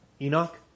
Enoch